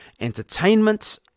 entertainment